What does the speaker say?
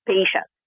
Patient